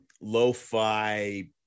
lo-fi